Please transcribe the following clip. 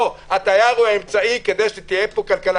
לא, התייר הוא אמצעי כדי שתהיה פה כלכלה.